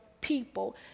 people